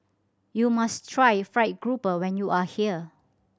you must try fried grouper when you are here